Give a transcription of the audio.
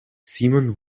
simon